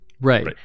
Right